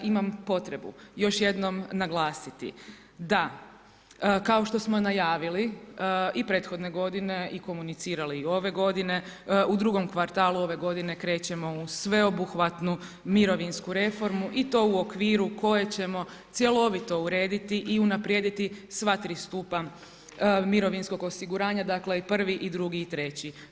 Imam potrebu još jednom naglasiti da i najavili i prethodne godine i komunicirali i ove godine u drugom kvartalu ove godine krećemo u sveobuhvatnu mirovinsku reformu i to u okviru koje ćemo cjelovito urediti i unaprijediti sva tri stupa mirovinskog osiguranja dakle i prvi i drugi i treći.